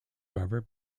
however